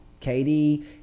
KD